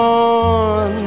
on